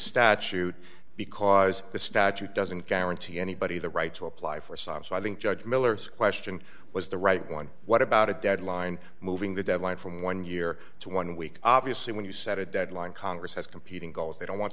statute because the statute doesn't guarantee anybody the right to apply for asylum so i think judge miller's question was the right one what about a deadline moving the deadline from one year to one week obviously when you set a deadline congress has competing goals they don't want